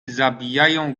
zabijają